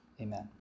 Amen